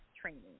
training